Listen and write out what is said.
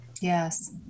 Yes